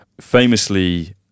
famously